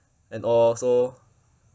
and all so